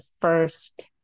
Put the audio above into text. first